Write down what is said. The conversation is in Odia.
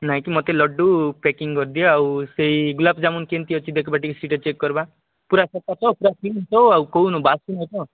ନାଇଁକି ମୋତେ ଲଡ଼ୁ ପେକିଙ୍ଗ୍ କରିଦିଅ ଆଉ ସେଇ ଗୁଲାବ ଯାମୁନ କେମତି ଅଛି ଦେଖିବା ଟିକେ ସେଇଟା ଚେକ୍ କରିବା ପୁରା ତ ପୁରା ଫ୍ରେସ୍ ତ ଆଉ କହନୁ ବାସି ନୁହଁ ତ